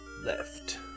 Left